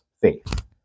faith